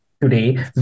Today